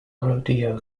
rodeo